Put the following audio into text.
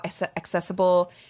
accessible